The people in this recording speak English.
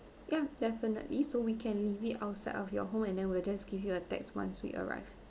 ya definitely so we can leave it outside of your home and then we'll just give you a text once we arrive